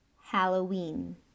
Halloween